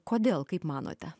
kodėl kaip manote